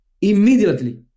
immediately